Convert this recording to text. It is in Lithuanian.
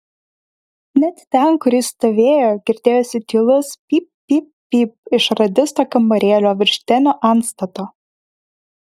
net ten kur jis stovėjo girdėjosi tylus pyp pyp pyp iš radisto kambarėlio virš denio antstato